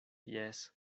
jes